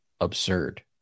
absurd